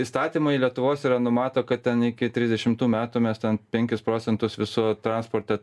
įstatymai lietuvos yra numato kad ten iki trisdešimtų metų mes ten penkis procentus viso transporte